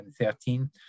2013